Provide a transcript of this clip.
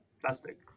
plastic